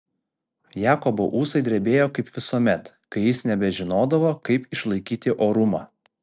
jakobo ūsai drebėjo kaip visuomet kai jis nebežinodavo kaip išlaikyti orumą